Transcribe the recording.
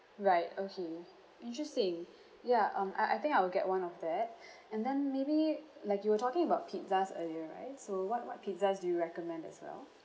right okay interesting ya um I I think I will get one of that and then maybe like you were talking about pizzas earlier right so what what pizzas do you recommend as well